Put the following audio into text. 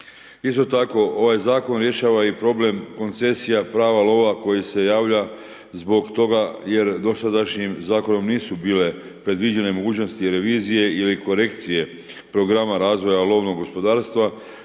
Isto tako, rješava i problem koncesija prava lova koji se javlja zbog toga jer dosadašnjim zakonom nisu bile predviđene mogućnost ili vizije ili korekcije programa razvoja lovnom gospodarstva